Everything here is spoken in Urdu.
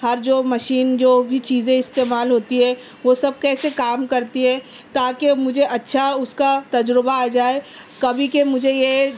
ہر جو مشین جو بھی چیزیں استعمال ہوتی ہیں وہ سب کیسے کام کرتی ہے تاکہ مجھے اچھا اُس کا تجربہ آ جائے کبھی کہ مجھے یہ